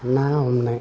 ना हमनाय